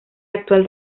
actual